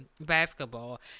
basketball